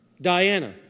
Diana